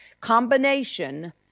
combination